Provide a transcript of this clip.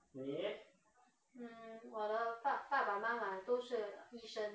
你 leh